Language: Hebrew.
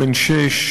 בן שש,